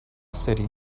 serie